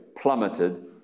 plummeted